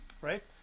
right